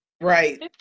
Right